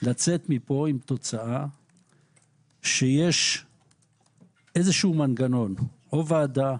לצאת מפה עם תוצאה שיש איזה שהיא מנגנון, או ועדה,